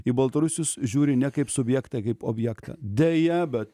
į baltarusius žiūri ne kaip subjektą kaip objektą deja bet